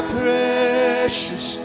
precious